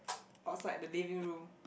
outside the living room